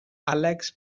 alex